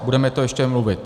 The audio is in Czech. Budeme o tom ještě mluvit.